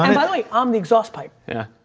um by the way, i'm the exhaust pipe. yeah.